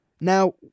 Now